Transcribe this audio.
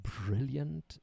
brilliant